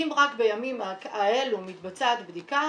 אם רק בימים האלו מתבצעת בדיקה